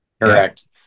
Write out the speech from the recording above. correct